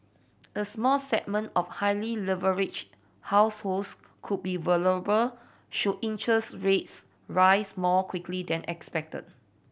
a small segment of highly leveraged households could be vulnerable should interest rates rise more quickly than expected